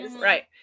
Right